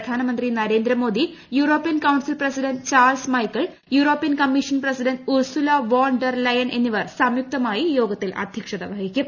പ്രധാനമന്ത്രി Narendra Modi European Council president Charles Michel European Commission president Ursula von der Leyen എന്നിവർ സംയുക്തമായി യോഗത്തിൽ അധ്യക്ഷത വഹിക്കും